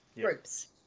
groups